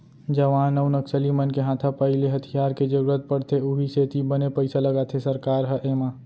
जवान अउ नक्सली मन के हाथापाई ले हथियार के जरुरत पड़थे उहीं सेती बने पइसा लगाथे सरकार ह एमा